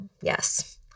Yes